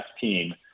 team